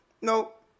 nope